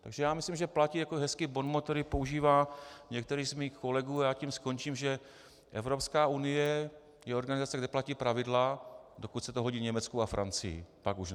Takže já myslím, že platí jako hezký bonmot, který používá některý z mých kolegů, a já tím skončím, že Evropská unie je organizace, kde platí pravidla, dokud se to hodí Německu a Francii, pak už ne.